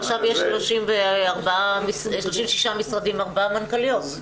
עכשיו יש 36 משרדים ו-4 מנכ"ליות.